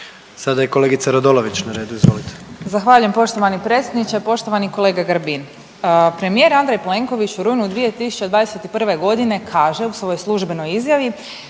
Sada je kolegica Radolović na redu, izvolite. **Radolović, Sanja (SDP)** Zahvaljujem poštovani predsjedniče. Poštovani kolega Grbin, premijer Andrej Plenković u rujnu 2021.g. kaže u svojoj službenoj izjavi